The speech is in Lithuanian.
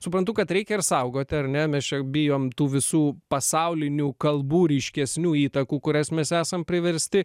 suprantu kad reikia ir saugoti ar ne mes čia bijom tų visų pasaulinių kalbų ryškesnių įtakų kurias mes esam priversti